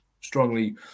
strongly